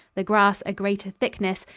the grass a greater thickness,